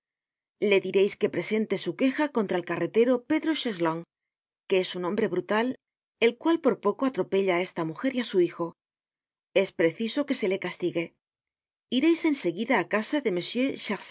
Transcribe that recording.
le direis que presente su queja contra el carretero pedro chesnelong que es un hombre brutal el cual por poco atropella á esta mujer y á su hijo es preciso que se le castigue ireis en seguida á casa de